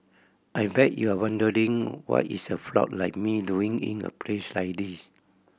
I bet you're wondering what is a frog like me doing in a place like this